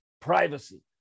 privacy